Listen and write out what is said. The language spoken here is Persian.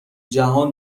جهان